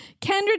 Kendra